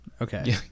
okay